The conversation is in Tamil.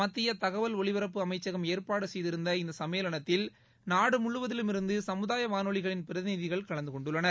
மத்திய தகவல் ஒலிபரப்பு அமைச்சகம் ஏற்பாடு செய்திருந்த இந்த சும்மேளனத்தில் நாடு முழுவதிலுமிருந்து சமுதாய வானொலிகளின் பிரதிநிதிகள் கலந்துகொண்டுள்ளனர்